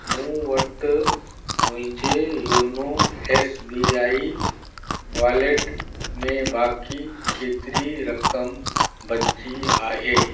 मूं वटि मुंहिंजे YONO S B I wallet में बाक़ी केतिरी रक़म बची आहे